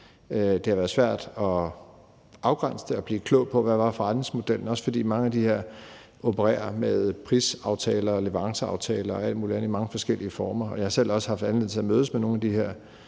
det har været svært at afgrænse det og blive klog på, hvad forretningsmodellen var, også fordi mange af dem her opererer med prisaftaler og leveranceaftaler og alt muligt andet i mange forskellige former. Jeg har selv også haft anledning til at mødes med nogle af dem her